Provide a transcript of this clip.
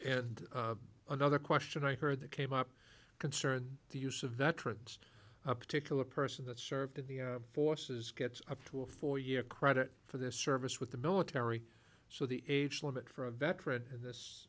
and another question i heard that came up concern the use of veterans a particular person that served in the forces gets up to a four year credit for this service with the military so the age limit for a veteran in this